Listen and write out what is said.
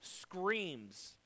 screams